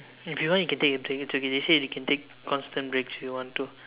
if you want you can take a break it's okay they say you can take constant breaks if you want to